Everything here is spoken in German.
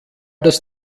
das